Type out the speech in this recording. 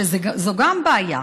שזו גם בעיה,